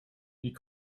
die